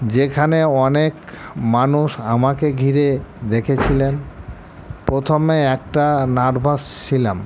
যেখানে অনেক মানুষ আমাকে ঘিরে দেখেছিলেন প্রথমে একটা নার্ভাস ছিলাম